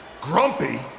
grumpy